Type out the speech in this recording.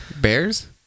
Bears